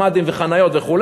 ממ"דים וחניות וכו',